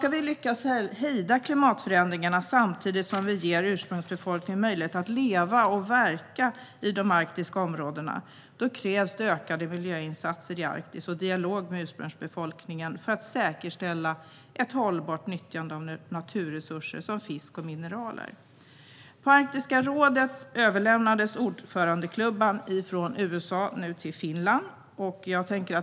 Om vi ska lyckas hejda klimatförändringarna samtidigt som vi ger urbefolkningen möjlighet att leva och verka i de arktiska områdena krävs ökade miljöinsatser i Arktis och dialog med urbefolkningen för att säkerställa ett hållbart nyttjande av naturresurser som fisk och mineraler. På Arktiska rådet överlämnades ordförandeklubban från USA till Finland.